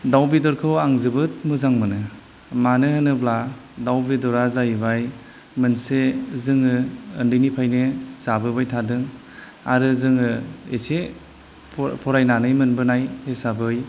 दाउ बेदरखौ आं जोबोद मोजां मोनो मानोहोनोब्ला दाउ बेदरा जाहैबाय मोनसे जोङो उन्दैनिफ्रायनो जाबोबाय थादों आरो जोङो एसे फरायनानै मोनबोनाय हिसाबै